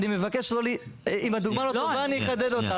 אם הדוגמה לא טובה אני אחדד אותה,